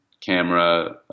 camera